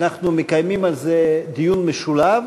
אנחנו מקיימים על זה דיון משולב.